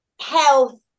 health